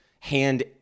hand